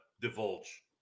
divulge